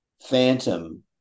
phantom